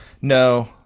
No